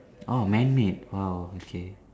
orh man made !wow! okay